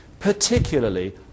particularly